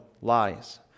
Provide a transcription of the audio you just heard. lies